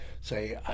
say